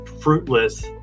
fruitless